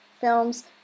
films